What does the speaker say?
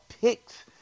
picks